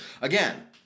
again